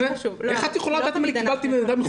איך את יכולה לדעת אם קיבלתי מידע מחולה?